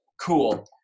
cool